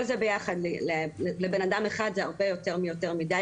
כל זה ביחד לבן אדם זה הרבה יותר מיותר מדי